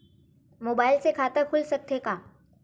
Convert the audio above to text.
Mobile से खाता खुल सकथे का?